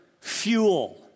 fuel